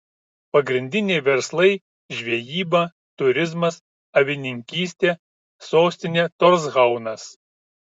pagrindiniai verslai žvejyba turizmas avininkystė sostinė torshaunas